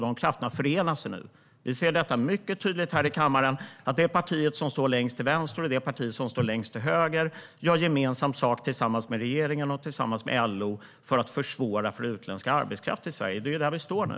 De krafterna förenar sig nu. Vi ser detta mycket tydligt här i kammaren. Det parti som står längst till vänster och det parti som står längst till höger gör gemensam sak tillsammans med regeringen och LO för att försvåra för utländsk arbetskraft i Sverige. Det är där vi står nu.